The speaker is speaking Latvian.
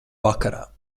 vakarā